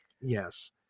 Yes